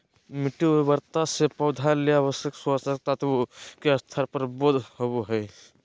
मिटटी उर्वरता से पौधा ले आवश्यक पोषक तत्व के स्तर के बोध होबो हइ